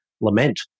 lament